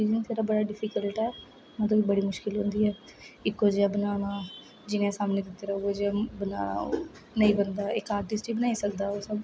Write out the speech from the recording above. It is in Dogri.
एक्सपिरियंस जेहड़ा बड़ा डिफिकल्ट ऐ ओहे च बड़ी मुशकिल होंदी ऐ इक्को जेहा बनाना जियां सामने दित्ते दा उऐ जेहा बनाना नेईं बनदा इक आर्टिस्ट ही बनाई सकदा